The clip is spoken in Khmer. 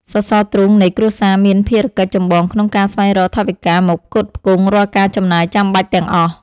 សសរទ្រូងនៃគ្រួសារមានភារកិច្ចចម្បងក្នុងការស្វែងរកថវិកាមកផ្គត់ផ្គង់រាល់ការចំណាយចាំបាច់ទាំងអស់។